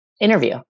interview